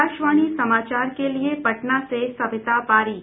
आकाशवाणी समाचार के लिये पटना से सविता पारीक